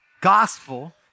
gospel